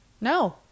No